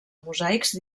mosaics